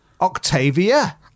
Octavia